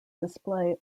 display